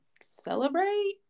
celebrate